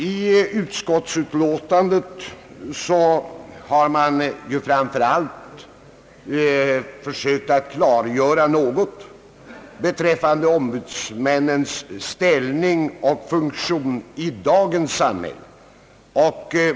I utskottsutlåtandet har man framför allt försökt att något klargöra ombudsmännens ställning och funktion i dagens samhälle.